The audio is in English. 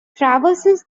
traverses